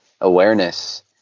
awareness